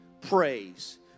praise